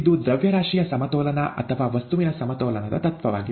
ಇದು ದ್ರವ್ಯರಾಶಿಯ ಸಮತೋಲನ ಅಥವಾ ವಸ್ತುವಿನ ಸಮತೋಲನದ ತತ್ವವಾಗಿದೆ